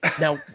Now